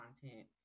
content